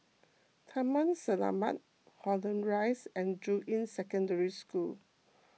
Taman Selamat Holland Rise and Juying Secondary School